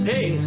Hey